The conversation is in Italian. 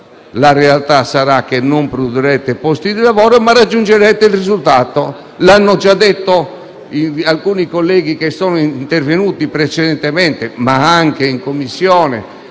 la realtà sarà che non produrrete posti di lavoro. Raggiungerete però un risultato diverso, come hanno già detto alcuni colleghi che sono intervenuti precedentemente, anche in Commissione